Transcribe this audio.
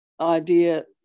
idea